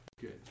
Good